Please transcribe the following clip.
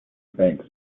banks